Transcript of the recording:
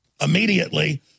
immediately